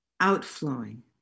outflowing